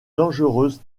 dangereuse